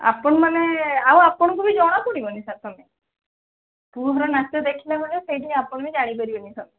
ଆପଣମାନେ ଆଉ ଆପଣଙ୍କୁ ବି ଜଣାପଡ଼ିବନି ସାର୍ ସମୟ ପୁଅର ନାଚ ଦେଖିଲା ମାନେ ସେଇଠି ବି ଆପଣ ବି ଜାଣି ପାରିବେନି ସମୟ